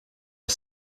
are